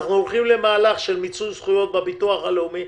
אנחנו הולכים למהלך של מיצוי זכויות בביטוח הלאומי